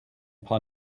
paar